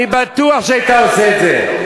אני בטוח שהיית עושה את זה.